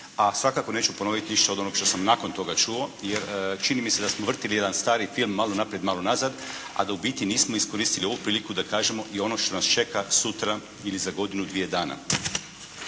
a svakako neću ponoviti od onoga što sam nakon toga čuo jer čini mi se da smo vrtili jedan stari film malo naprijed, malo nazad, a da ubiti nismo iskoristili ovu priliku da kažemo i ono što nas čeka sutra ili za godinu-dvije dana.